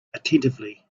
attentively